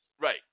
Right